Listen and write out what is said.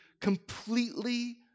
completely